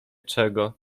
czego